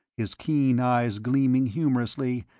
his keen eyes gleaming humorously,